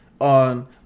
on